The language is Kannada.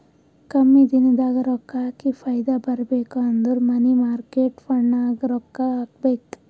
ಕಮ್ಮಿ ದಿನದಾಗ ರೊಕ್ಕಾ ಹಾಕಿ ಫೈದಾ ಬರ್ಬೇಕು ಅಂದುರ್ ಮನಿ ಮಾರ್ಕೇಟ್ ಫಂಡ್ನಾಗ್ ರೊಕ್ಕಾ ಹಾಕಬೇಕ್